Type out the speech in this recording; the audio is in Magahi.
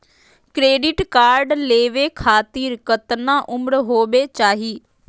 क्रेडिट कार्ड लेवे खातीर कतना उम्र होवे चाही?